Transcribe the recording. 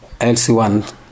LC1